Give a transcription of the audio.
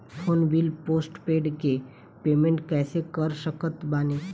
Phone bill postpaid के payment कैसे कर सकत बानी?